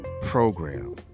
program